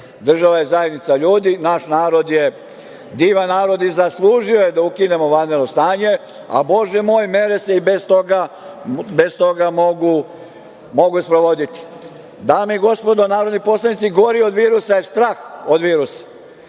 Država je zajednica ljudi. Naš narod je divan narod i zaslužio je da ukinemo vanredno stanje, a Bože moj mere se i bez toga mogu sprovoditi. Dame i gospodo narodni poslanici, gori od virusa je strah od virusa